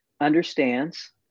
understands